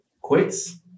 quits